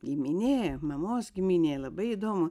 giminė mamos giminė labai įdomu